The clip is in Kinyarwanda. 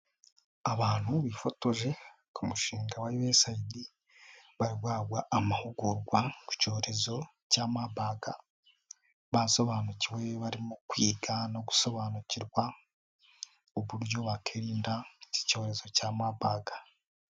Abantu bifotoje ku mushinga wa USAID, bari guhabwa amahugurwa ku cyorezo cya Mabaga, basobanukiwe barimo kwiga no gusobanukirwa, uburyo bakirinda iki cyorezo cya mabaga.